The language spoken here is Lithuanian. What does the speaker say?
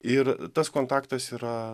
ir tas kontaktas yra